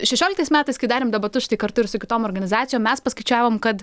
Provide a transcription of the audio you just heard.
šešioliktais metais kai darėm debatus štai kartu ir su kitom organizacijom mes paskaičiavom kad